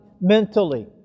mentally